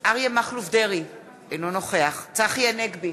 אריה מכלוף דרעי, אינו נוכח צחי הנגבי,